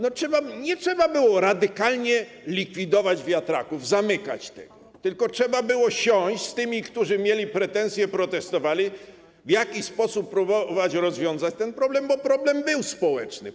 Nie trzeba było radykalnie likwidować wiatraków, zamykać tego, tylko trzeba było siąść z tymi, którzy mieli pretensje i protestowali, i w jakiś sposób próbować rozwiązać ten problem, bo problem społeczny był.